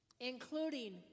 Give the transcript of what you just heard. including